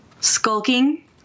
Skulking